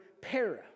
para